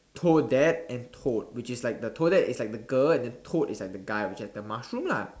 toad dad and toad which is like the toad dad is like the girl and the toad is like the guy which have the mushroom lah